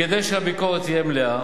כדי שהביקורת תהיה מלאה,